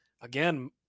again